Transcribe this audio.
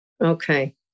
Okay